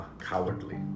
cowardly